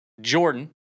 Jordan